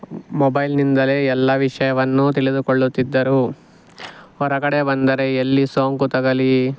ಮೊಬೈಲ್ನಿಂದಲೇ ಎಲ್ಲ ವಿಷಯವನ್ನು ತಿಳಿದುಕೊಳ್ಳುತ್ತಿದ್ದರು ಹೊರಗಡೆ ಬಂದರೆ ಎಲ್ಲಿ ಸೋಂಕು ತಗುಲಿ